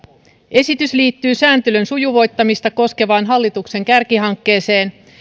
esitys liittyy sääntelyn sujuvoittamista koskevaan hallituksen kärkihankkeeseen